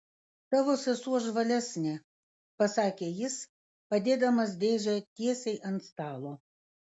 tavo sesuo žvalesnė pasakė jis padėdamas dėžę tiesiai ant stalo